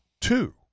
two